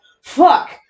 fuck